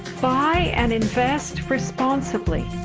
buy and invest responsibly.